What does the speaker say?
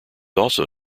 also